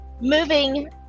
moving